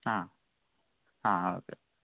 ആ ആ ഓക്കേ